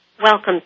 Welcome